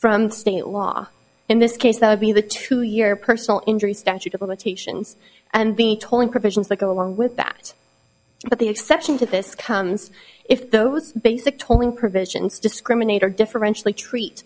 from state law in this case that would be the two year personal injury statute of limitations and be tolling provisions that go along with that but the exception to this comes if those basic tolling provisions discriminator differentially treat